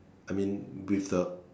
I mean with the